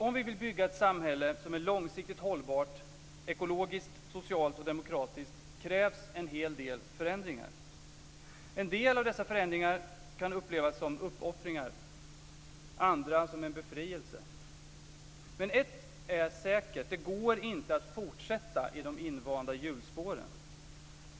Om vi vill bygga ett samhälle som är långsiktigt hållbart ekologiskt, socialt och demokratiskt, krävs det en hel del förändringar. En del av dessa förändringar kan upplevas som uppoffringar, andra som en befrielse, men ett är säkert: Det går inte att fortsätta i de invanda hjulspåren.